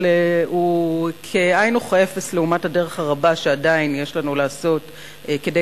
אבל הוא כאין וכאפס לעומת הדרך הרבה שעדיין יש לנו לעשות כדי